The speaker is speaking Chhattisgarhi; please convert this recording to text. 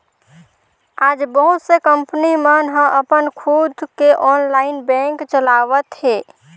आज बहुत से कंपनी मन ह अपन खुद के ऑनलाईन बेंक चलावत हे